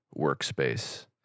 workspace